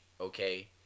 okay